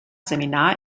seminar